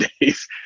days